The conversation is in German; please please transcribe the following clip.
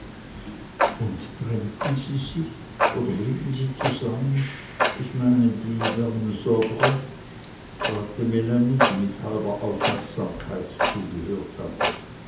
und trennten sie sich oder blieben sie zusammen ich meine die vernezobres fragte melanie die mit halber aufmerksamkeit zugehört hatte